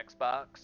Xbox